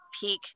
Peak